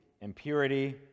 impurity